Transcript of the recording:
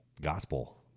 gospel